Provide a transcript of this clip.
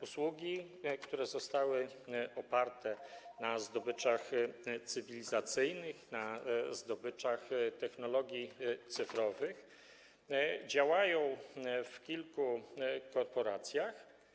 Usługi, które zostały oparte na zdobyczach cywilizacyjnych, na zdobyczach technologii cyfrowych, są dostępne w kilku korporacjach.